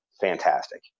fantastic